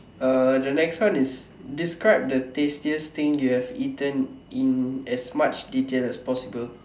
uh the next one is describe the tastiest thing you have eaten in as much detail as possible